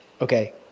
Okay